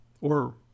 or